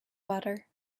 butter